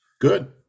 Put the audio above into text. Good